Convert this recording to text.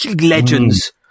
legends